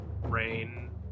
Rain